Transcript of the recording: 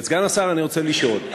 את סגן השר אני רוצה לשאול,